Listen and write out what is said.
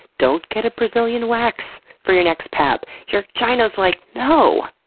don't get a brazilian wax for your next pap. your gyno is like, no!